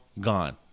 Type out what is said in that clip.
gone